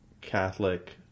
catholic